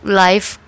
life